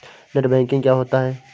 Net banking क्या होता है?